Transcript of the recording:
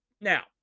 now